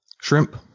Shrimp